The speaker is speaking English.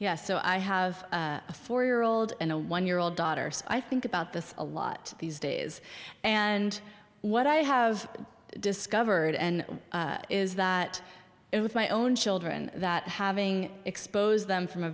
oh i have a four year old and a one year old daughter so i think about this a lot these days and what i have discovered and is that it with my own children that having exposed them from a